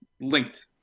linked